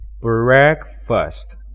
Breakfast